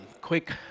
quick